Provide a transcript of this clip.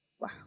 wow